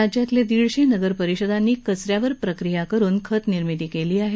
राज्यातल्या दीडशे नगरपरिषदांनी कचऱ्यावर प्रक्रिया करून खतनिर्मिती केली आहे